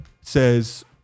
says